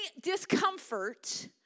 discomfort